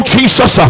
Jesus